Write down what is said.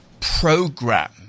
Program